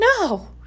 No